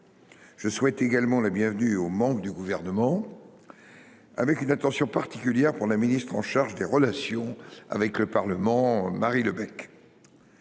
Je souhaite également la bienvenue aux membres du Gouvernement, avec une attention particulière pour la ministre chargée des relations avec le Parlement, Mme Marie Lebec.